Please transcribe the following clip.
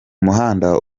muhanda